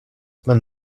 man